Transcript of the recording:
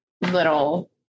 little